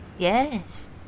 Yes